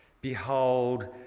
behold